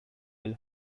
will